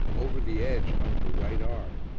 over the edge hung her right arm,